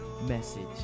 message